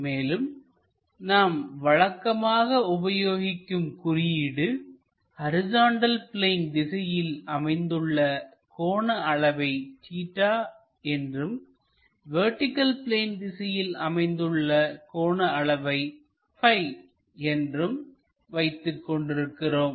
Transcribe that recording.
மேலும் நாம் வழக்கமாக உபயோகிக்கும் குறியீடு ஹரிசாண்டல் பிளேன் திசையில் அமைந்துள்ள கோண அளவை தீட்டா என்றும் வெர்டிகள் பிளேன் திசையில் அமைந்துள்ள கோண அளவை ப்பி என்றும் வைத்துக் கொண்டிருக்கிறோம்